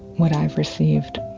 what i received,